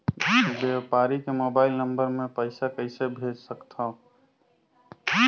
व्यापारी के mobile number मे पईसा कइसे भेज सकथव?